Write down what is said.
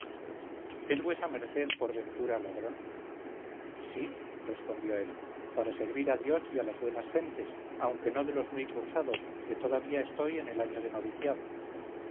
es vuesa merced por ventura ladrón sí respondió él para servir a dios y a las buenas gentes aunque no de los muy cursados que todavía estoy en el año del noviciado